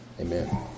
Amen